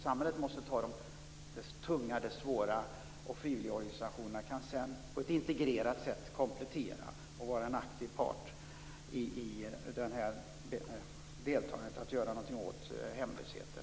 Samhället måste ta sig an det tunga och det svåra, och frivilligorganisationerna kan sedan på ett integrerat sätt komplettera och vara en aktiv part i arbetet att göra något åt hemlösheten.